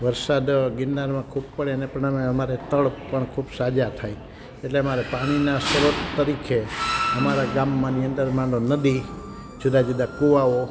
વરસાદ ગિરનારમાં ખૂબ પડે એને પરિણામે અમારે તળ પણ ખૂબ સાજા થાય એટલે અમારે પાણીના સ્ત્રોત તરીકે અમારા ગામમાંની અંદરમાં તો નદી જુદા જુદા કૂવાઓ